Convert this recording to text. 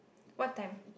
what time